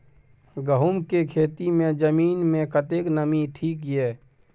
गहूम के खेती मे जमीन मे कतेक नमी ठीक ये?